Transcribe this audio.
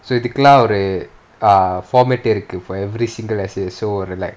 so இதுக்குலாம் ஒரு:ithukulaam oru err format இருக்கு:iruku for every single essay so like